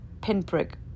pinprick